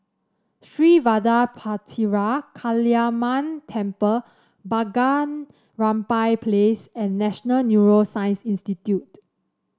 Sri Vadapathira Kaliamman Temple Bunga Rampai Place and National Neuroscience Institute